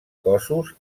cossos